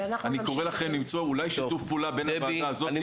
אני קורא לכם למצוא גם אולי שיתוף פעולה בין שתי הוועדות.